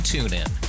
TuneIn